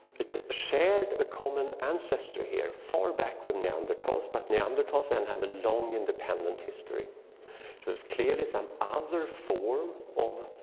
it shared a common ancestor here far back with neanderthals, neanderthals, but neanderthals then have a long independent history. it was clearly some other form of